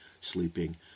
sleeping